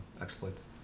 Exploits